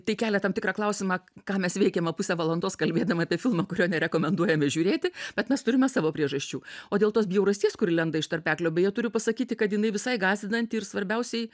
tai kelia tam tikrą klausimą ką mes veikėme pusę valandos kalbėdami apie filmą kurio nerekomenduojame žiūrėti bet mes turime savo priežasčių o dėl tos bjaurasties kuri lenda iš tarpeklio beje turiu pasakyti kad jinai visai gąsdinanti ir svarbiausiai